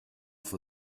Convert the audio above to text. for